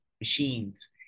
machines